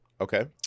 Okay